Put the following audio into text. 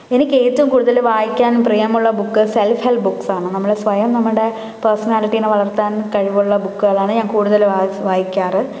എനിക്ക് ഏറ്റവും കൂടുതൽ വായിക്കാൻ പ്രിയമുള്ള ബുക്ക് സെൽഫ് ഹെൽപ്പ് ബുക്സാണ് നമ്മള് സ്വയം നമ്മുടെ പേർസണാലിറ്റീനെ വളർത്താൻ കഴിവുള്ള ബുക്കുകളാണ് ഞാൻ കൂടുതല് വായിക്കാറ്